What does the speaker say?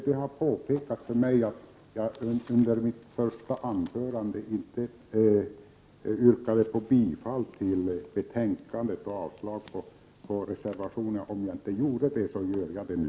Det har påpekats för mig att jag under mitt första anförande inte yrkade bifall till utskottets hemställan och avslag på reservationerna. Om jag inte gjorde det då, gör jag det nu.